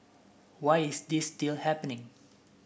why is this still happening